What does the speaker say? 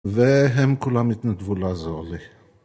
‫והם כולם התנדבו לעזור לי.